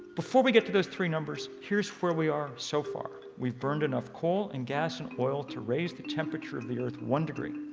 before we get to those three numbers, here's where we are so far we've burned enough coal and gas and oil to raise the temperature of the earth one degree.